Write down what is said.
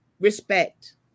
respect